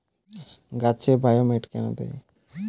গাছে বায়োমেট কেন দেয়?